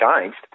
changed